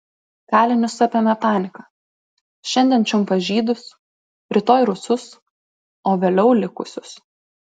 kalinius apėmė panika šiandien čiumpa žydus rytoj rusus o vėliau likusius